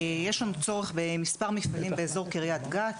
יש לנו צורך במספר מפעלים באזור קריית גת